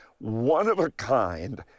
one-of-a-kind